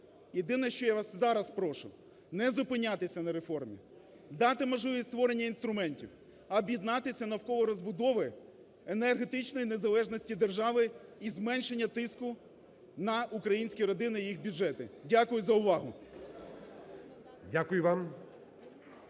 Єдине, що я вас зараз прошу, не зупинятися на реформі, дати можливість створення інструментів, об'єднатися навколо розбудови енергетичної незалежності держави і зменшення тиску на українські родини і їх бюджети. Дякую за увагу.